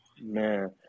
Man